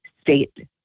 state